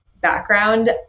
background